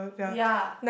ya